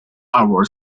our